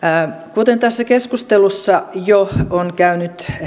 kuten tässä keskustelussa jo on käynyt